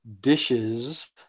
dishes